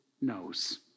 knows